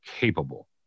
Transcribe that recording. capable